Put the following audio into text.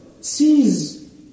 sees